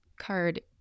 card